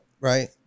right